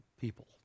people